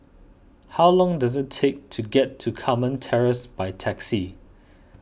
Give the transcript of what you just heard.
how long does it take to get to Carmen Terrace by taxi